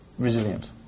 resilient